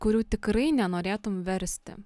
kurių tikrai nenorėtum versti